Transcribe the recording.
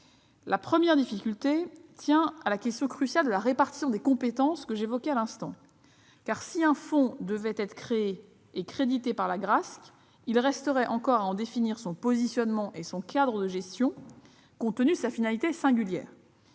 La première difficulté tient à la question cruciale de la répartition des compétences que j'évoquais à l'instant. Si un fonds devait être créé et alimenté par l'Agrasc, il resterait encore à en définir le positionnement et le cadre de gestion, compte tenu de sa finalité singulière.